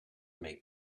make